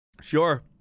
Sure